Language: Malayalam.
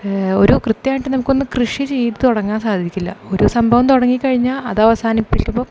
ഒരു കൃത്യമായിട്ട് നമുക്കൊന്നും കൃഷി ചെയ്ത് തുടങ്ങാൻ സാധിക്കില്ല ഒരു സംഭവം തുടങ്ങിക്കഴിഞ്ഞാൽ അത് അവസാനിപ്പിക്കുമ്പോൾ